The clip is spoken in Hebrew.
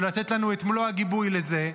ולתת לנו את מלוא הגיבוי לזה.